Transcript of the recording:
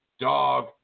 Dog